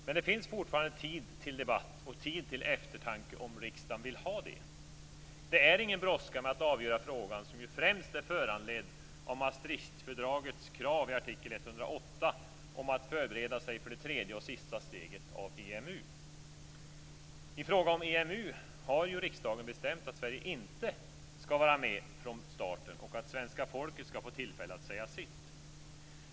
Men det finns fortfarande tid till debatt och eftertanke om riksdagen vill ha det. Det är ingen brådska med att avgöra frågan, som ju främst är föranledd av Maastrichtfördragets krav i artikel 108 om att förbereda sig för det tredje och sista steget av EMU. I fråga om EMU har ju riksdagen bestämt att Sverige inte skall vara med från starten och att svenska folket skall få tillfälle att säga sitt.